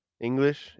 English